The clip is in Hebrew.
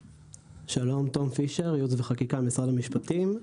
שלום, תום פישר, ייעוץ וחקיקה במשרד המשפטים.